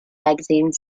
magazine